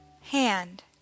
Hand